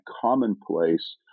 commonplace